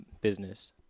business